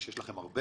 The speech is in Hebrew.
שיש לכם הרבה